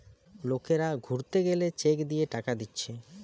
লোকরা ঘুরতে গেলে চেক দিয়ে টাকা দিচ্ছে